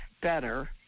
better